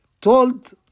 told